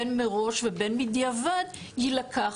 בין מראש ובין בדיעבד יילקח,